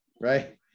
right